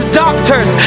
doctors